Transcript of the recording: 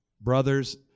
Brothers